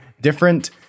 different